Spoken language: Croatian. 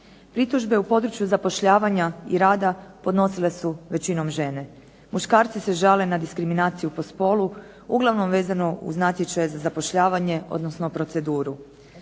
Pritužbe u području zapošljavanja i rada podnosile su većinom žene. Muškarci se žale na diskriminaciju po spolu uglavnom vezano uz natječaje za zapošljavanje odnosno proceduru.